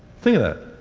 think of that.